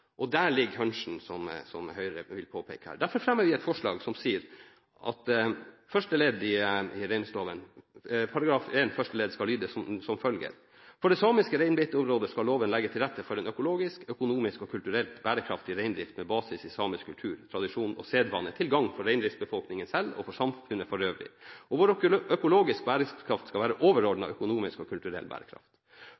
Der ligger «hunchen» som Høyre vil påpeke her. Derfor fremmer vi et forslag som sier at § 1 første ledd i reindriftsloven skal lyde som følger: «For det samiske reinbeiteområdet skal loven legge til rette for en økologisk, økonomisk og kulturelt bærekraftig reindrift med basis i samisk kultur, tradisjon og sedvane til gagn for reindriftsbefolkningen selv og samfunnet for øvrig, og hvor økologisk bærekraft skal være